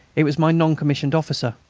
it was my non-commissioned officer.